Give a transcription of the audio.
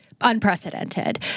unprecedented